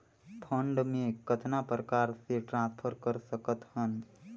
Fund मे कतना प्रकार से ट्रांसफर कर सकत हन?